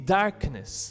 darkness